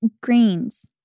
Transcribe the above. greens